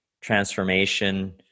transformation